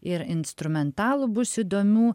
ir instrumentalų bus įdomių